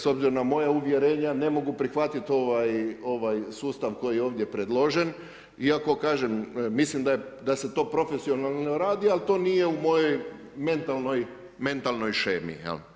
S obzirom na moja uvjerenja ne mogu prihvatiti ovaj sustav koji je ovdje predložen, iako kažem, mislim da se to profesionalno ne radi, ali to nije u mojoj mentalnoj shemi.